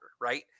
right